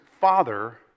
father